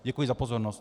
Děkuji za pozornost.